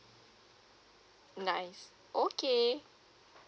nice okay